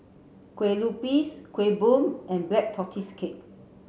Kue Lupis Kueh Bom and Black Tortoise Cake